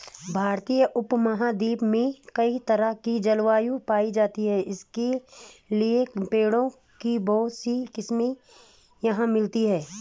भारतीय उपमहाद्वीप में कई तरह की जलवायु पायी जाती है इसलिए पेड़ों की बहुत सी किस्मे यहाँ मिलती हैं